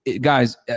guys